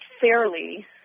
fairly